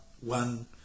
one